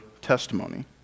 testimony